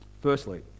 Firstly